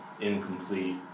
incomplete